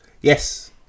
Yes